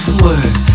word